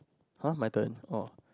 [huh] my turn oh